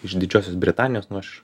iš didžiosios britanijos nu aš